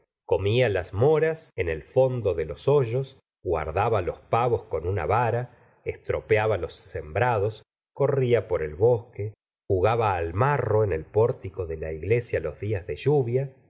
comía las moras en el fondo de los hoyos guardaba los pavos con una vara estropeaba los sembrados corría por el bosque jugaba al marro en el pórtico de la iglesia los días de lluvia